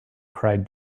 cried